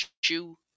shoe